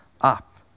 up